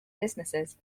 businesses